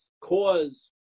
cause